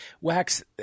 Wax